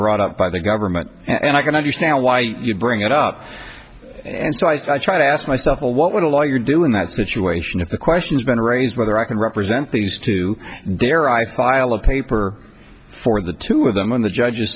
brought up by the government and i can understand why you bring it up and so i try to ask myself what would a lawyer do in that situation if the question's been raised whether i can represent these two dare i file a paper for the two of them when the judge